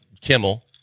Kimmel